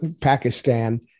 Pakistan